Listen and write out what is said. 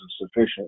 sufficient